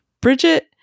bridget